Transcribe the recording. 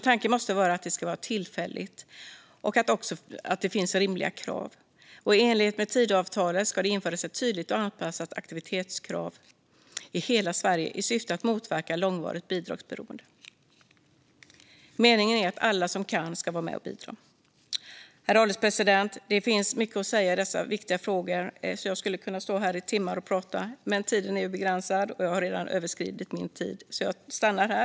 Tanken måste dock vara att det ska vara tillfälligt och att det ska finnas rimliga krav. I enlighet med Tidöavtalet ska det också införas ett tydligt och anpassat aktivitetskrav i hela Sverige i syfte att motverka långvarigt bidragsberoende. Meningen är att alla som kan ska vara med och bidra. Herr ålderspresident! Det finns så mycket att säga i dessa viktiga frågor att jag skulle kunna stå här i timmar och prata. Men tiden är begränsad och jag har redan överskridit min anmälda talartid, så jag stannar här.